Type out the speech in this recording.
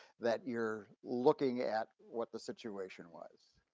that you're looking at what the situation was.